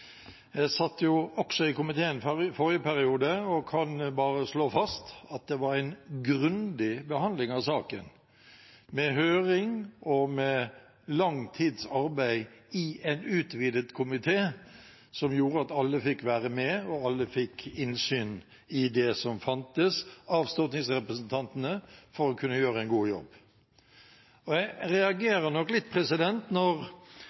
Jeg satt også i komiteen i forrige periode og kan bare slå fast at det var en grundig behandling av saken, med høring og lang tids arbeid i en utvidet komité, som gjorde at alle fikk være med; alle stortingsrepresentantene fikk innsyn i det som fantes av informasjon for å kunne gjøre en god jobb. Jeg reagerer litt når